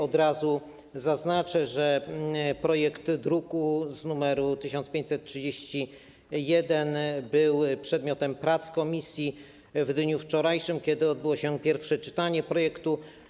Od razu zaznaczę, że projekt z druku nr 1531 był przedmiotem prac komisji w dniu wczorajszym, kiedy odbyło się pierwsze czytanie projektu.